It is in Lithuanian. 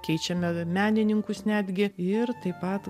keičiame menininkus netgi ir taip pat